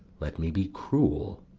let me be cruel,